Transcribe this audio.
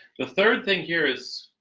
the third thing here is